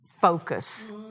focus